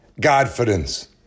Godfidence